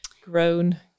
grown